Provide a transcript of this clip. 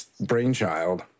brainchild